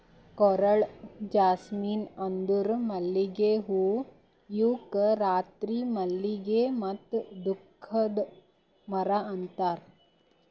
coral jasmine ಅಂದುರ್ ಮಲ್ಲಿಗೆ ಹೂವು ಇವುಕ್ ರಾತ್ರಿ ಮಲ್ಲಿಗೆ ಮತ್ತ ದುಃಖದ ಮರ ಅಂತಾರ್